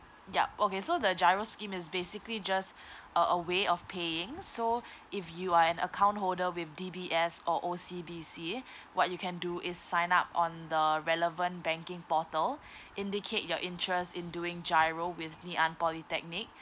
yup okay so the GIRO scheme is basically just uh a way of paying so if you are an account holder with D_B_S or O_C_B_C what you can do is sign up on the relevant banking portal indicate your interest in doing GIRO with ngee ann polytechnic